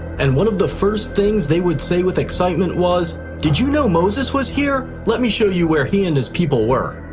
and one of the first things they would say with excitement was did you know moses was here? let me show you where he and his people were.